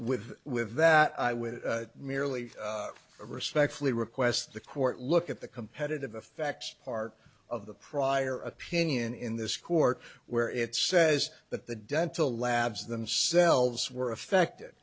h with that i would merely respectfully request the court look at the competitive effect part of the prior opinion in this court where it says that the dental labs themselves were affected